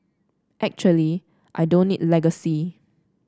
actually I don't need legacy